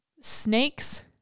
snakes